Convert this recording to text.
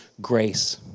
grace